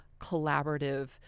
collaborative